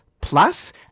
plus